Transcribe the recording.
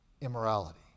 immorality